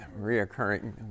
reoccurring